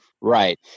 Right